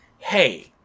Hey